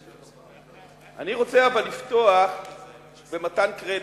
אני רוצה אבל לפתוח במתן קרדיט.